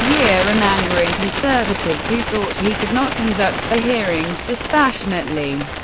year and angering conservatives who thought he could not conduct the hearings dispassionately.